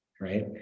right